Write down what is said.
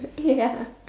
ya